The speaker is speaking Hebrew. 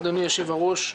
אדוני יושב-הראש,